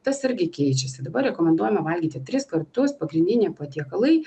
tas irgi keičiasi dabar rekomenduojama valgyti tris kartus pagrindiniai patiekalai